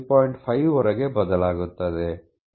5 ರವರೆಗೆ ಬದಲಾಗುತ್ತದೆ